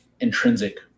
intrinsic